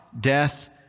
death